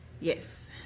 yes